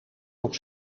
nog